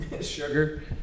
sugar